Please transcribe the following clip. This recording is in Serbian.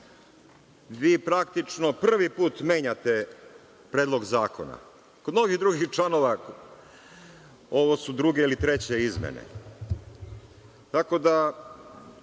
vi praktično prvi put menjate Predlog zakona. Kod mnogih drugih članova ove su druge ili treće izmene. Tako